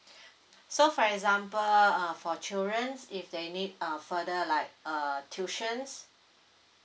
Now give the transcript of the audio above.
so for example err for children's if they need err further like uh tuitions